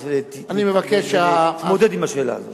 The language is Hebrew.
כי צריך להתייחס ולהתמודד עם השאלה הזאת.